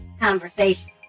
conversation